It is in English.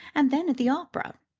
and then at the opera,